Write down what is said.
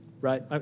right